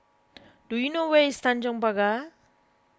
do you know where is Tanjong Pagar